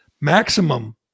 Maximum